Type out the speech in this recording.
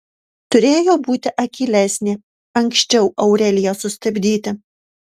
turėjo būti akylesnė anksčiau aureliją sustabdyti